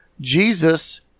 Jesus